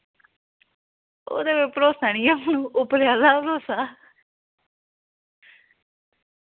ओह् ते कोई भरोसा नेईं ऐ हु'न उप्परे आह्ला भरोसा